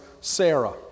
Sarah